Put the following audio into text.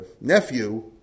nephew